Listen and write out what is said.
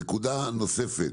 נקודה נוספת.